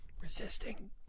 Resisting